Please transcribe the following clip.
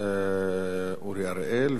אורי אריאל,